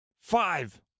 five